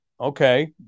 okay